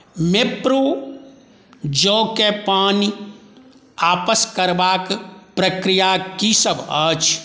मेप्रो जओके पानि आपस करबाक प्रक्रिया की सभ अछि